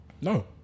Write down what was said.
No